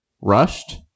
rushed